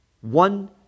one